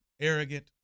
Arrogant